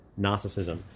narcissism